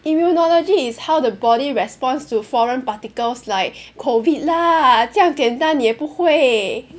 immunology is how the body response to foreign particles like COVID lah 这样简单你也不会